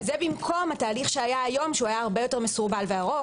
זה במקום התהליך שהיה היום שהוא הרבה יותר מסורבל וארוך.